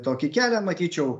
tokį kelią matyčiau